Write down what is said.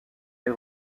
est